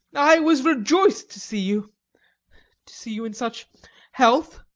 i was rejoiced to see you to see you in such health.